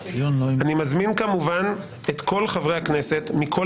אני מזמין כמובן את כל חברי הכנסת מכל